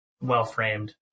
well-framed